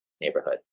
neighborhood